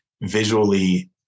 visually